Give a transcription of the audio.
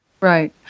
right